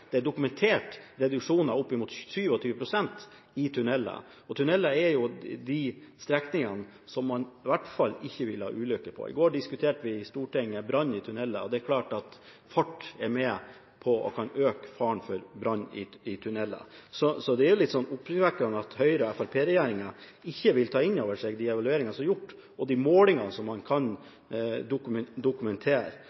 det, det er dokumentert reduksjoner opp mot 27 pst. i tunneler. Og tunneler er de strekningene som man i hvert fall ikke vil ha ulykker på. I går diskuterte vi i Stortinget brann i tunneler, og det er klart at fart er med på å øke faren for brann i tunneler. Så det er litt oppsiktsvekkende at Høyre–Fremskrittsparti-regjeringen ikke vil ta inn over seg de evalueringene som er gjort, og de målingene som man